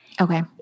Okay